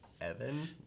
Evan